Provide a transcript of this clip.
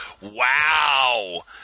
Wow